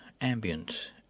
ambient